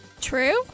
True